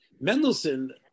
Mendelssohn